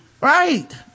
Right